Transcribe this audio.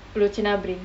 lochana bring